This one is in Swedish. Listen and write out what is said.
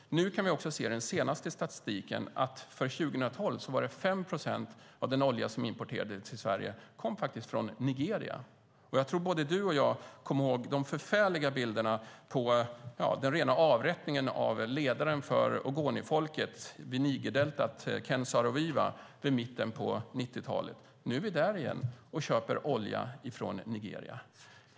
I den senaste statistiken kan vi också se att 2012 kom 5 procent av den olja som importerades till Sverige från Nigeria. Jag tror att både du och jag kommer ihåg de förfärliga bilderna på den rena avrättningen av ledaren för ogonifolket vid Nigerdeltat, Ken Saro-Wiwa, på mitten av 90-talet. Nu är vi där igen och köper olja från Nigeria.